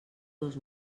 dos